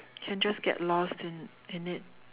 can just get lost in in it